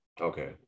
Okay